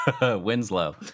Winslow